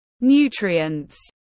nutrients